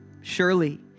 Surely